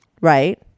Right